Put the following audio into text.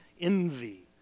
envy